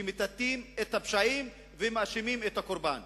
שמטאטאים את הפשעים ומאשימים את הקורבן.